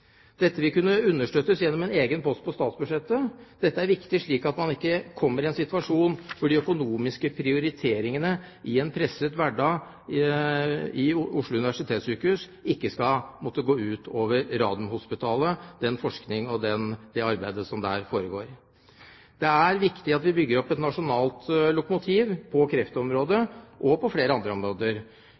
Dette vil kunne understøttes gjennom en egen post på statsbudsjettet. Dette er viktig, slik at man ikke kommer i en situasjon hvor de økonomiske prioriteringene i en presset hverdag ved Oslo universitetssykehus ikke skal måtte gå ut over Radiumhospitalet og den forskning og det arbeid som der foregår. Det er viktig at vi bygger opp et nasjonalt lokomotiv på kreftområdet og på flere andre områder.